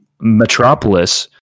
metropolis